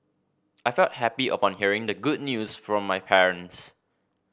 I felt happy upon hearing the good news from my parents